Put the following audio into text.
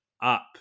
up